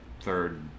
Third